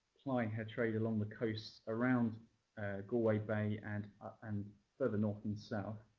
ply her trade along the coasts around galway bay and um further north and south.